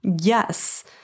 Yes